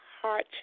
heart